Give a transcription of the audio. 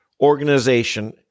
organization